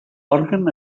òrgan